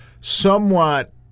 somewhat